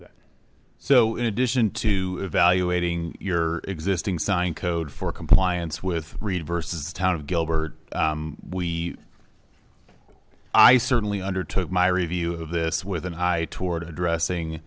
that so in addition to evaluating your existing signed code for compliance with read versus town of gilbert we i certainly under took my review of this with an eye toward addressing